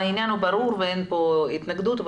העניין ברור ואין כאן התנגדות.